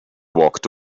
walked